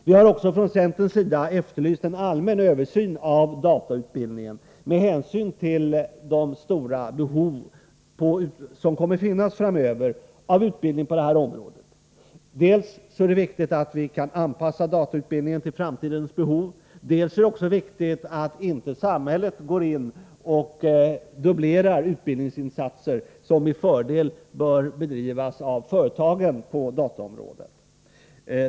Vi har från centerns sida också efterlyst en allmän översyn av datautbildningen med hänsyn till de stora behov som kommer att finnas framöver av utbildning på det här området. Dels är det viktigt att vi kan anpassa datautbildningen till framtidens behov, dels är det också viktigt att inte samhället går in och dubblerar utbildningsinsatser som med fördel kan bedrivas av företagen på dataområdet.